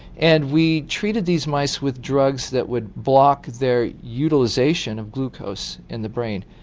and we treated these mice with drugs that would block their utilisation of glucose in the brain.